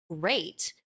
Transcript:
great